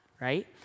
right